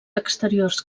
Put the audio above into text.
exteriors